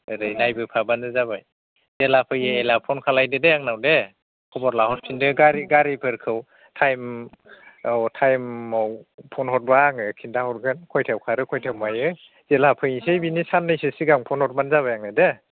ओरै नायबो फाबानो जाबाय जेला फैयो एला फ'न खालायदो दे आंनाव दे खबर लाहरफिनदो गारि गारिफोरखौ टाइम औ टाइमाव फ'न हरबा आंङो खिन्था हरगोन खयथायाव खारो खयथायाव मायो जेला फैसै बेनि साननैसो सिगां फ'न हरबानो जाबाय आंनो दे